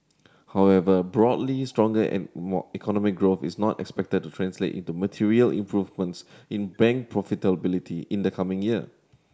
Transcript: however broadly stronger and more economic growth is not expected to translate into material improvements in bank profitability in the coming year